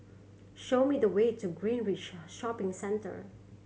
show me the way to Greenridge Shopping Centre